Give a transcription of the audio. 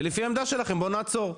ולפי העמדה שלכם בואו נעצור,